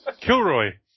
Kilroy